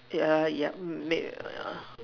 yeah yeah m~ make a